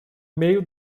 meio